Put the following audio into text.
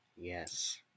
Yes